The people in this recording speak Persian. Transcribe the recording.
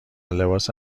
لباس